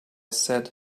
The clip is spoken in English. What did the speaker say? said